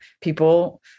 people